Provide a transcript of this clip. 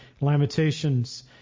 Lamentations